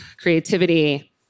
creativity